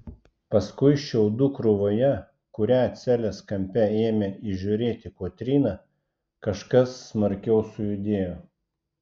paskui šiaudų krūvoje kurią celės kampe ėmė įžiūrėti kotryna kažkas smarkiau sujudėjo